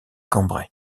cambrai